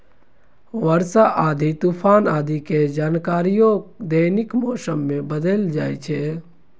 वर्षा, आंधी, तूफान आदि के जानकारियो दैनिक मौसम मे देल जाइ छै